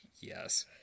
Yes